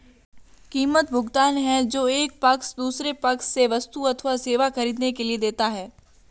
कीमत, भुगतान है जो एक पक्ष दूसरे पक्ष से वस्तु अथवा सेवा ख़रीदने के लिए देता है